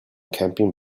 camping